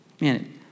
man